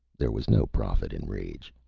there was no profit in rage.